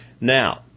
Now